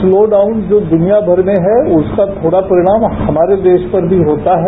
slowdown जो द्रनिया भर में है उसका थोड परिणाम हमारे देश पर भी होता है